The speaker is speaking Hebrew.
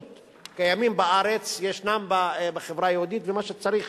שקיימים בארץ, ישנם בחברה היהודית, ומה שצריך